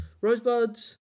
Rosebuds